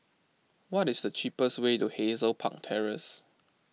what is the cheapest way to Hazel Park Terrace